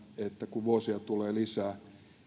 että kun vuosia tulee lisää